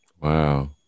wow